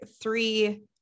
three